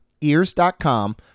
ears.com